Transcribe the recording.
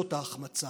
וזאת ההחמצה.